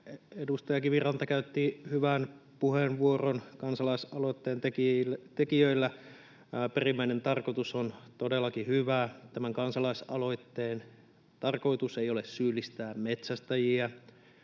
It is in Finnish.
Edustaja Kiviranta käytti hyvän puheenvuoron. Kansalaisaloitteen tekijöillä perimmäinen tarkoitus on todellakin hyvä. Tämän kansalaisaloitteen tarkoitus ei ole syyllistää metsästäjiä.